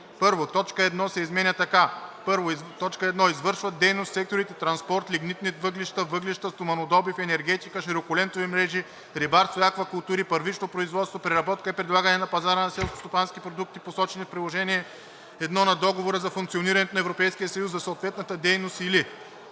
1. Точка 1 се изменя така: „1. извършват дейност в секторите транспорт, лигнитни въглища, въглища, стоманодобив, енергетика, широколентови мрежи, рибарство и аквакултури, първично производство, преработка и предлагане на пазара на селскостопански продукти, посочени в Приложение I на Договора за функционирането на Европейския съюз, за съответната дейност, или“.